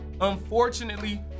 Unfortunately